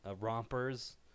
rompers